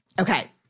Okay